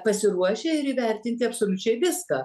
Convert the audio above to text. pasiruošę ir įvertinti absoliučiai viską